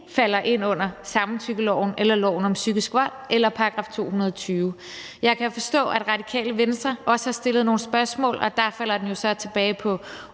falder ind under samtykkeloven eller loven om psykisk vold eller § 220. Jeg kan forstå, at Radikale Venstre også har stillet nogle spørgsmål, og der falder den jo så tilbage på